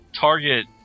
Target